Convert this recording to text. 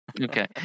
okay